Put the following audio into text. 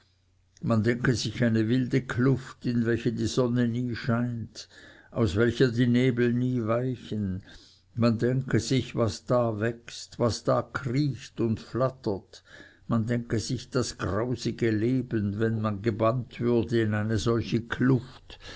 man denke sich eine wilde kluft in welche die sonne nie scheint aus welcher die nebel nie weichen man denke sich was da wächst was da kriecht und flattert man denke sich das grausige leben wenn man gebannt würde in eine solche kluft